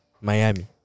Miami